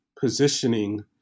positioning